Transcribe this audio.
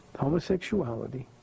homosexuality